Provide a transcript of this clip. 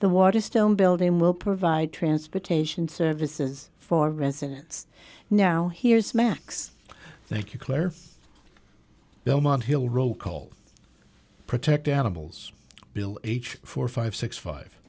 the water stone building will provide transportation services for residents now here's max thank you claire belmont hill roll call protect animals bill age four five six five